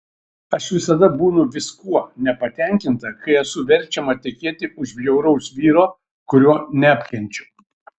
aš visada būnu viskuo nepatenkinta kai esu verčiama tekėti už bjauraus vyro kurio neapkenčiu